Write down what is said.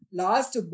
last